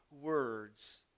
words